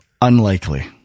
Unlikely